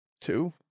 Two